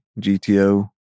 GTO